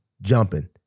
jumping